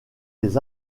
des